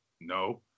no